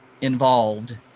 involved